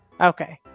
Okay